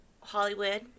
Hollywood